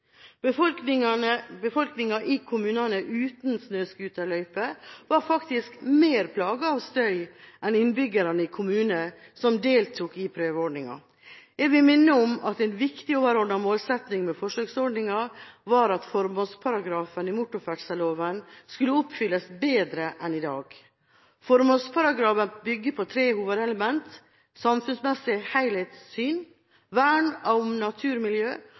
forsøkskommunene. Befolkninga i kommuner uten snøscooterløyper var faktisk mer plaget av støy enn innbyggerne i kommuner som deltok i prøveordninga. Jeg vil minne om at en viktig overordnet målsetting med forsøksordninga var at formålsparagrafen i motorferdselloven skulle oppfylles bedre enn i dag. Formålsparagrafen bygger på tre hovedelementer: samfunnsmessig helhetssyn, vern om